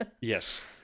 Yes